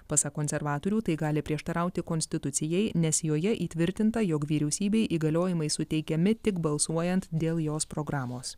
pasak konservatorių tai gali prieštarauti konstitucijai nes joje įtvirtinta jog vyriausybei įgaliojimai suteikiami tik balsuojant dėl jos programos